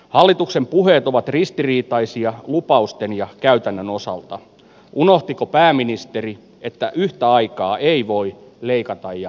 hallituksen puheet ovat ristiriitaisia lupausten ja käytännön osalta unohtiko pääministeri että yhtä aikaa ei voi leikata jo